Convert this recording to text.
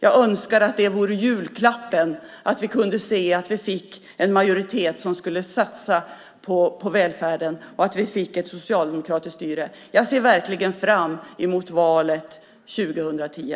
Jag önskar att det vore julklappen, att vi kunde se att vi fick en majoritet som skulle satsa på välfärden och att vi fick ett socialdemokratiskt styre. Jag ser verkligen fram emot valet 2010.